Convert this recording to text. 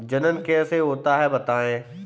जनन कैसे होता है बताएँ?